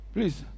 Please